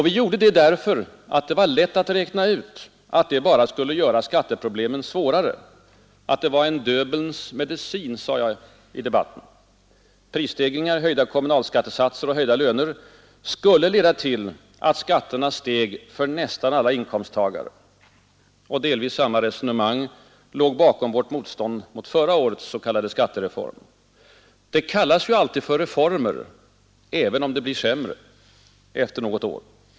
Vi gjorde det därför att det var lätt att räkna ut att förslaget bara skulle göra skatteproblemen svårare, att det var en Döbelnsmedicin, som jag sade i debatten. Prisstegringar, höjda kommunalskattesatser och höjda löner skulle leda till att skatterna steg för nästan alla inkomsttagare. Och delvis samma resonemang låg bakom vårt motstånd mot förra årets s.k. skattereform. Det kallas ju alltid för ”reformer”, även om det blir sämre efter något år.